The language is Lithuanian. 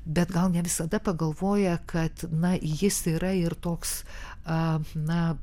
bet gal ne visada pagalvoja kad na jis yra ir toks a na